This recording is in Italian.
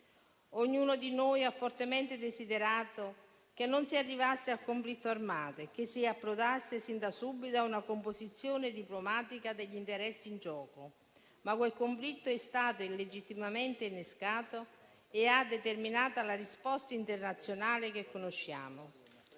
Ognuno di noi ha fortemente desiderato che non si arrivasse al conflitto armato e che si approdasse sin da subito a una composizione diplomatica degli interessi in gioco. Quel conflitto però è stato illegittimamente innescato e ha determinato la risposta internazionale che conosciamo.